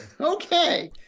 okay